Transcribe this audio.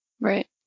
Right